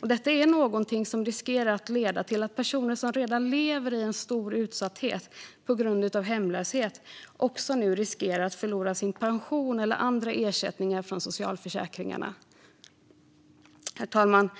Detta är någonting som riskerar att leda till att personer som redan lever i stor utsatthet på grund av hemlöshet kan förlora sin pension eller andra ersättningar från socialförsäkringarna. Herr talman!